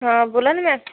हां बोला ना मॅम